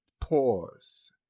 pause